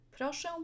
Proszę